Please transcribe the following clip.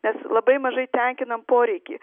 nes labai mažai tenkina poreikį